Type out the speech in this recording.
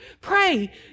pray